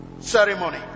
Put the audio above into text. ceremony